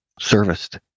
serviced